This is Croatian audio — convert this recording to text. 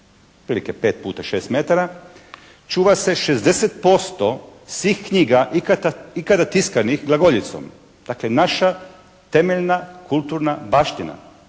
otprilike 5 puta 6 metara čuva se 60% svih knjiga ikada tiskanih glagoljicom. Dakle, naša temeljna kulturna baština